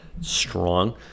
strong